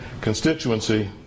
constituency